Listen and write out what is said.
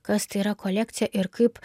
kas tai yra kolekcija ir kaip